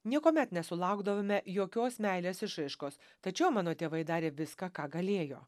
niekuomet nesulaukdavome jokios meilės išraiškos tačiau mano tėvai darė viską ką galėjo